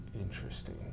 Interesting